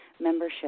membership